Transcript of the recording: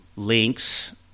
links